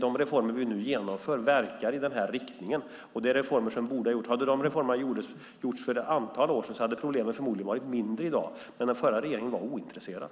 De reformer vi nu genomför verkar emellertid i den riktningen. Det är reformer som borde ha gjorts tidigare. Om de hade gjorts för ett antal år sedan skulle problemen förmodligen ha varit mindre i dag, men den tidigare regeringen var ointresserad.